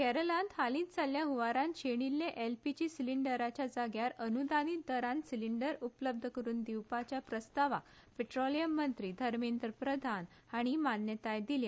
केरळांत हालींच आयिल्ल्या हंवारांत शेणिल्ले एलपीजी सिलिंडरच्या जाग्यार अनुदानीत दरांत सिलिंडर उपलब्ध करून दिवपाच्या प्रस्तावाक पेट्रोलिम मंत्री धमेंद्र प्रधान हांणी मान्यताय दिल्या